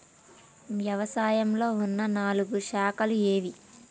వ్యవసాయంలో ఉన్న నాలుగు శాఖలు ఏవి?